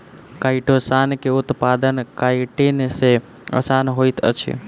chitosan के उत्पादन chitin सॅ आसान होइत अछि